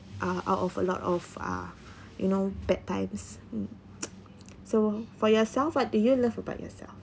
uh out of a lot of uh you know bad times mm so for yourself what do you love about yourself